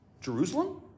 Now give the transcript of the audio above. Jerusalem